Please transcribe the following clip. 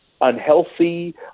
unhealthy